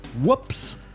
Whoops